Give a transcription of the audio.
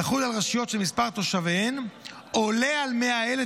תחול על רשויות שמספר תושביהן עולה על 100,000,